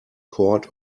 cord